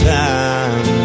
time